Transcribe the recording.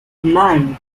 nine